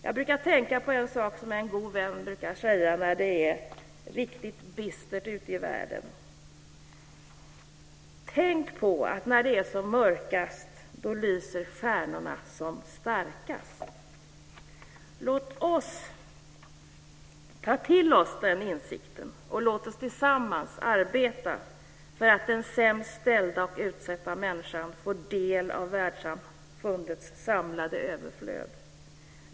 Jag brukar tänka på en sak som en god vän brukar säga när det är riktigt bistert ute i världen: Tänk på att när det är som mörkast, då lyser stjärnorna som starkast. Låt oss ta till oss den insikten, och låt oss tillsammans arbeta för att den sämst ställda och utsatta människan får del av världssamfundets samlade överflöd.